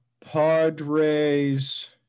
Padres